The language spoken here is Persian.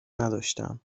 نداشتم